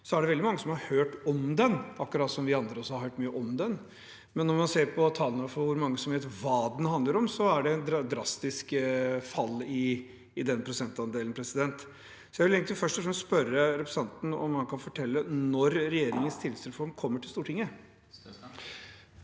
er det veldig mange som har hørt om den, akkurat som vi andre også har hørt mye om den, men når man ser på tallene for hvor mange som vet hva den handler om, er det et drastisk fall i prosentandelen. Jeg vil først og fremst spørre representanten om han kan fortelle når regjeringens tillitsreform kommer til Stortinget. Rune Støstad